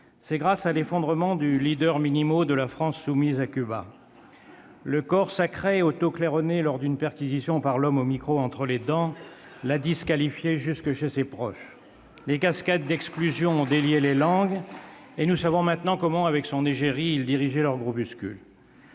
c'est grâce à l'effondrement du de la France soumise à Cuba. Le corps sacré autoclaironné lors d'une perquisition par l'homme au micro entre les dents a disqualifié celui-ci jusque chez ses proches. Les cascades d'exclusions ont délié les langues, et nous savons maintenant comment, avec son égérie, il dirigeait leur groupuscule.